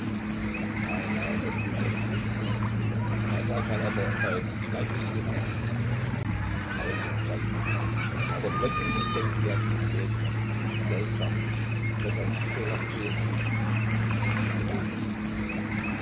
nein nein das tut nichts na sag mal aber falk wie weit bist du denn eigentlich falk sah ihn verächtlich an aber plötzlich entdeckte er dies gläserne seltsame das er nie vorher gesehen hatte und ihn packte angst